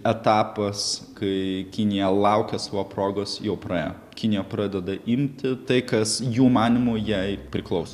etapas kai kinija laukia savo progos jau praėjo kinija pradeda imti tai kas jų manymu jai priklauso